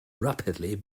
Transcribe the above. rapidly